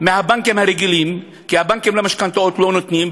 ומהבנקים הרגילים, כי הבנקים למשכנתאות לא נותנים.